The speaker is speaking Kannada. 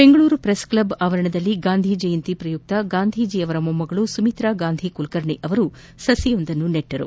ಬೆಂಗಳೂರು ಪ್ರೆಸ್ ಕ್ಷಬ್ ಆವರಣದಲ್ಲಿ ಗಾಂಧಿ ಜಯಂತಿ ಪ್ರಯುಕ್ತ ಗಾಂಧೀಜಿಯವರ ಮೊಮ್ಗಳು ಸುಮಿತ್ರಾ ಗಾಂಧಿ ಕುಲಕರ್ಣಿ ಸಸಿಯೊಂದನ್ನು ನೆಟ್ಟರು